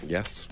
Yes